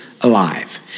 alive